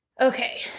Okay